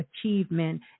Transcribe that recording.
achievement